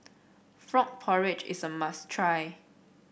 Frog Porridge is a must try